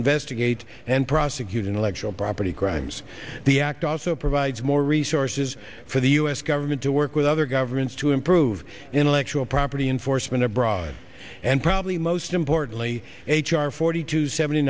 investigate and prosecute intellectual property crimes the act also provides more resources for the u s government to work with other governments to improve intellectual property enforcement abroad and probably most importantly h r forty to seventy